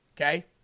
Okay